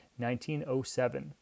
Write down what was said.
1907